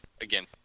again